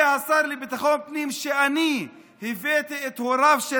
זה השר לביטחון פנים שאני הבאתי את הוריו של